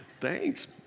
thanks